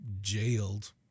jailed